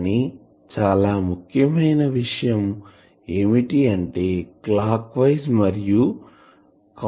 కానీ చాలా ముఖ్యమైంది ఏమిటి అంటే క్లాక్ వైస్ మరియు కౌంటర్ క్లాక్ వైస్